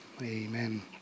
amen